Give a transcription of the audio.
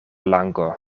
lango